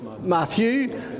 Matthew